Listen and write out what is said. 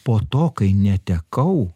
po to kai netekau